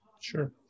Sure